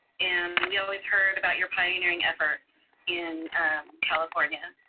and we always heard about your pioneering efforts in california.